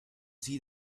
see